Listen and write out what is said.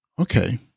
Okay